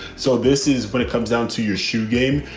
so this is what it comes down to. your shoe game.